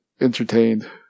entertained